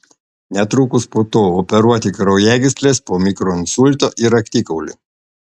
netrukus po to operuoti kraujagysles po mikroinsulto ir raktikaulį